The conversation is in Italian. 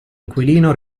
inquilino